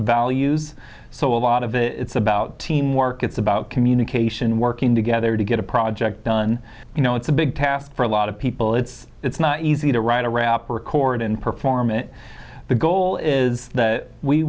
values so a lot of it's about teamwork it's about communication working together to get a project done you know it's a big task for a lot of people it's it's not easy to write a wrapper record and perform it the goal is